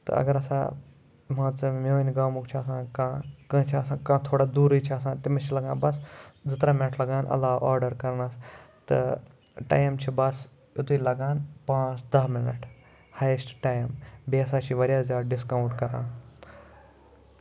تہٕ اَگر ہسا مان ژٕ میانہِ گامُک چھُ آسان کانٛہہ کٲنٛسہِ آسان کانٛہہ تھوڑا دوٗرٕے چھُ آسان تٔمِس چھُ لگان بَس زٕ ترٛےٚ مِنٹ لگان علاوٕ آرڈر کرنَس تہٕ ٹایم چھُ بس یِتُے لگان پانٛژھ دہ مِنٹ ہَایسٹ ٹایم بیٚیہِ ہسا چھُ واریاہ زیادٕ ڈِسکَوُنٹ کران